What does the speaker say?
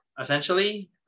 essentially